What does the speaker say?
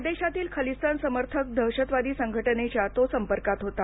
परदेशातील खलिस्तान समर्थक दहशतवादी संघटनेच्या तो संपर्कात होता